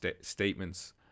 statements